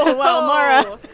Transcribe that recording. ah well, mara